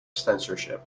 censorship